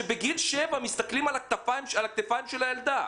שבגיל 7 מסתכלים על הכתפיים של הילדה?